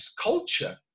culture